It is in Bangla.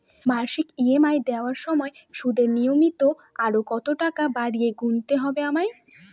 মাসিক ই.এম.আই দেওয়ার সময়ে সুদের নিমিত্ত আরো কতটাকা বাড়তি গুণতে হবে আমায়?